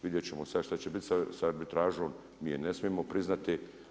Vidjeti ćemo sada što će biti sa arbitražom, mi je i ne smijemo priznati.